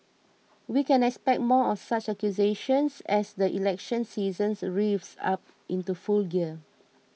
we can expect more of such accusations as the election season revs up into full gear